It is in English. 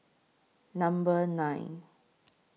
Number nine